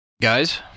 Guys